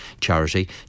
charity